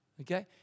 okay